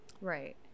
Right